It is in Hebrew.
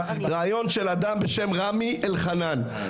ראיון של אדם בשם רמי אלחנן.